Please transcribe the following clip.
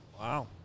Wow